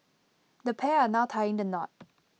the pair are now tying the knot